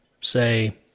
say